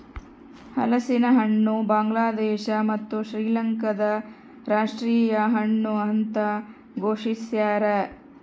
ಹಲಸಿನಹಣ್ಣು ಬಾಂಗ್ಲಾದೇಶ ಮತ್ತು ಶ್ರೀಲಂಕಾದ ರಾಷ್ಟೀಯ ಹಣ್ಣು ಅಂತ ಘೋಷಿಸ್ಯಾರ